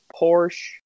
Porsche